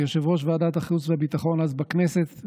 כיושב-ראש ועדת החוץ והביטחון אז בכנסת,